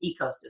ecosystem